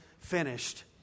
Finished